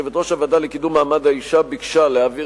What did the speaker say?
יושבת-ראש הוועדה לקידום מעמד האשה ביקשה להעביר